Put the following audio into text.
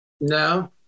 no